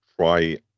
try